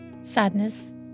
sadness